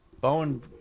Bowen